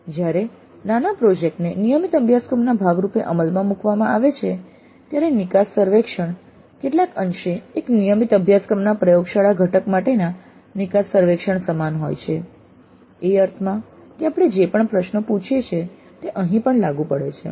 જ્યારે નાના પ્રોજેક્ટ ને નિયમિત અભ્યાસક્રમના ભાગ રૂપે અમલમાં મૂકવામાં આવે છે ત્યારે નિકાસ સર્વેક્ષણ કેટલાક અંશે એક નિયમિત અભ્યાસક્રમના પ્રયોગશાળા ઘટક માટેના નિકાસ સર્વેક્ષણ સમાન હોય છે એ અર્થમાં કે આપણે જે પણ પ્રશ્નો પૂછીએ છીએ તે અહીં પણ લાગુ પડે છે